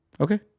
Okay